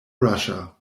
russia